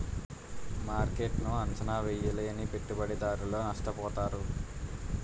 మార్కెట్ను అంచనా వేయలేని పెట్టుబడిదారులు నష్టపోతారు